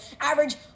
Average